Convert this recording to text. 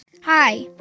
Hi